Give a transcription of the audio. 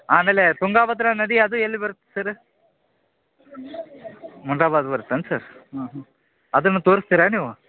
ಆಮೇಲೆ ತುಂಗ ಭದ್ರಾ ನದಿ ಅದು ಎಲ್ಲಿ ಬರುತ್ತೆ ಸರ್ ಮುನ್ರಾಬಾದ್ ಬರುತ್ತೇನ್ ಸರ್ ಹಾಂ ಅದನ್ನು ತೋರಿಸ್ತೀರ ನೀವು